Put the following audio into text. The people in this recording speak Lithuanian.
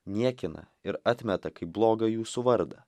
niekina ir atmeta kaip blogą jūsų vardą